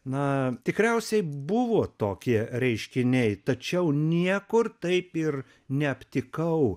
na tikriausiai buvo tokie reiškiniai tačiau niekur taip ir neaptikau